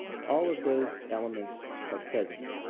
all of those elements are present.